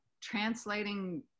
translating